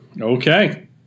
Okay